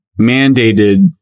mandated